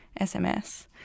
SMS